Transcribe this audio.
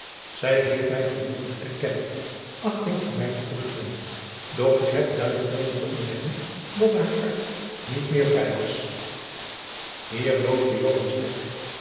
zij heeft mij volmondig erkend achting voor mij te koesteren doch ik heb duidelijk meenen te ontdekken dat haar hart niet meer vrij was hier bloosde joan sterk